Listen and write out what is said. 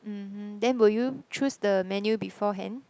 mmhmm then will you choose the menu beforehand